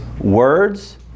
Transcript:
words